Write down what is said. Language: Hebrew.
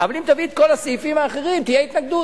אבל אם תביא את כל הסעיפים האחרים תהיה התנגדות.